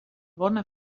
bona